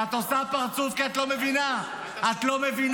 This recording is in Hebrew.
ואת עושה פרצוף כי את לא מבינה, את לא מבינה.